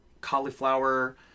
cauliflower